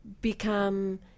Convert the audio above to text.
become